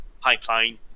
pipeline